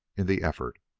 in the effort.